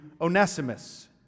Onesimus